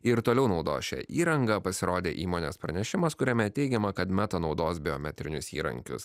ir toliau naudos šią įrangą pasirodė įmonės pranešimas kuriame teigiama kad meta naudos biometrinius įrankius